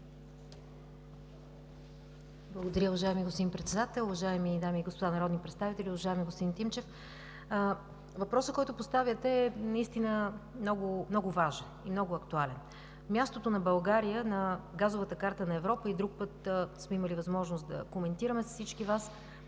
Благодаря, уважаеми господин Председател. Уважаеми дами и господа народни представители! Уважаеми господин Тинчев, въпросът, който поставяте, наистина е много важен и много актуален. Мястото на България на газовата карта на Европа, и друг път сме имали възможност да коментираме с всички Вас,